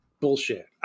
Bullshit